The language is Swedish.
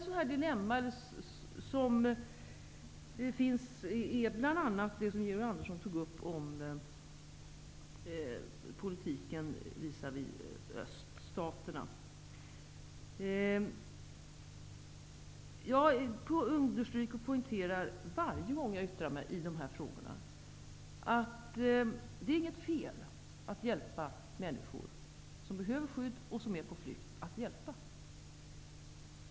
Ett dilemma är det som Georg Andersson tog upp när det gäller politiken visavi öststaterna. Varje gång jag yttrar mig i de här frågorna understryker jag att det inte är fel att hjälpa människor som behöver skydd och som är på flykt.